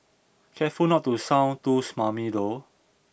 careful not to sound too smarmy though